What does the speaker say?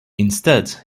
instead